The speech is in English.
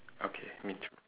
okay me too